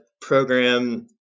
program